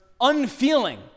unfeeling